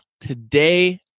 Today